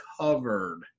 covered